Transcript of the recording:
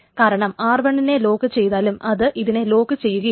കാരണം r1 നെ ലോക്കുചെയ്താലും അത് ഇതിനെ ലോക്കുചെയ്യുകയില്ല